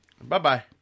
Bye-bye